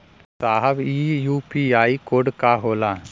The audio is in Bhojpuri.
साहब इ यू.पी.आई कोड का होला?